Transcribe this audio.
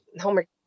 homework